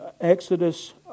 Exodus